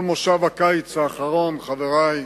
כל מושב הקיץ האחרון, חברי,